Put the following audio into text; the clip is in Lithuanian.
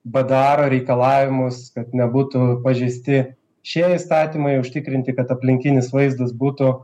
bdaro reikalavimus kad nebūtų pažeisti šie įstatymai užtikrinti kad aplinkinis vaizdas būtų